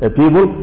people